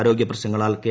ആരോഗ്യപ്രശ്നങ്ങളാൽ K